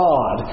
God